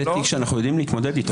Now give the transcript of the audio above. זה תיק שאנחנו יודעים להתמודד איתו.